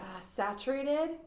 saturated